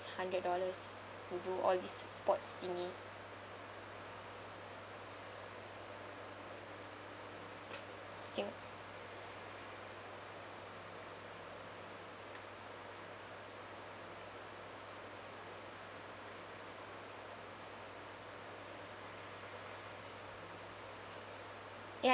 hundred dollars to do all these sports thingy ya